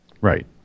Right